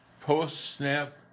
post-snap